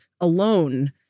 alone